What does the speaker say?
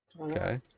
Okay